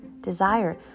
desire